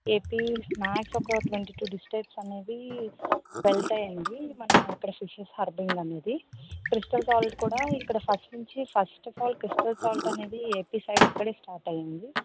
AP max ఒక twenty two distance అనేవి వెళ్తాయండి మన ఇక్కడ ఫిషింగ్ అర్బింగ్ అనేది క్రిస్టల్ స్టాల్స్ కూడా ఇక్కడా ఫస్ట్ నుంచి ఫస్టఫాల్ క్రిస్టల్ స్టాల్స్ అనేది ఏపీ సైడ్ ఇక్కడే స్టార్ట్ అయింది